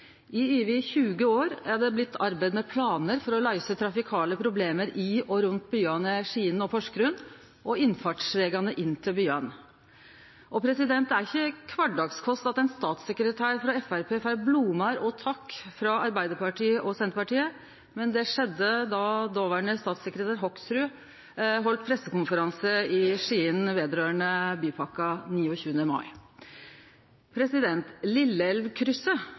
I over 20 år er det blitt arbeidd med planar for å løyse trafikale problem i og rundt byane Skien og Porsgrunn og innfartsvegane inn til byane. Det er ikkje kvardagskost at ein statssekretær frå Framstegspartiet får blomar og takk frå Arbeidarpartiet og Senterpartiet, men det skjedde då dåverande statssekretær Hoksrud heldt pressekonferanse i Skien 29. mai om bypakka.